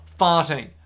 farting